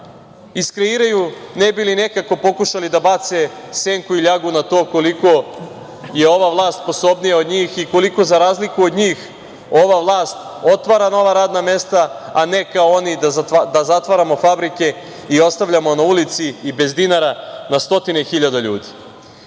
iskreiraju, ne bi nekako pokušali da bave senku i ljagu na to koliko je ova vlast sposobnija od njih i koliko za razliku od njih ova vlast otvara nova radna mesta, a ne kao oni da zatvaramo fabrike i ostavljamo na ulici i bez dinara na stotine hiljade